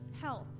health